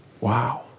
Wow